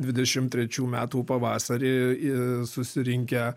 dvidešimt trečių metų pavasarį i susirinkę